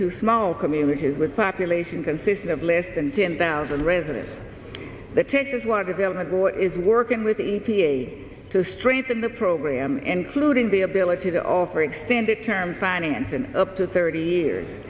to small communities with population consisting of less than ten thousand residents the teachers want to be able to go is working with the e p a to strengthen the program including the ability to offer extended term financing up to thirty years